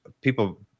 People